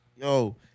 Yo